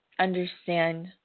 understand